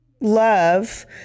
love